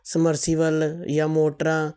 submersible ਜਾਂ ਮੋਟਰਾਂ